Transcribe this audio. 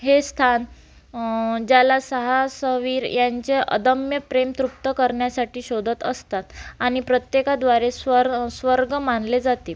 हे स्थान ज्याला सहासवीर यांचे अदम्य प्रेम तृप्त करण्यासाठी शोधत असतात आणि प्रत्येकाद्वारे स्वर स्वर्ग मानले जाते